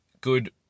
good